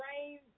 rain